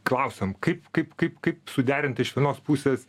klausėm kaip kaip kaip kaip suderinti iš vienos pusės